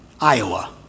Iowa